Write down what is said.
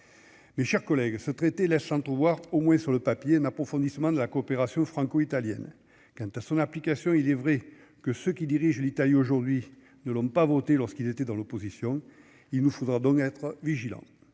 mes chers collègues, ce traité la chance de pouvoir au moins sur le papier un approfondissement de la coopération franco-italienne quant à son application, il est vrai que ceux qui dirigent l'Italie aujourd'hui ne l'ont pas votée lorsqu'il était dans l'opposition, il nous faudra donc être vigilant